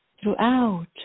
throughout